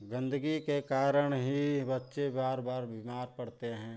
गंदगी के कारण ही बच्चे बार बार बीमार पड़ते हैं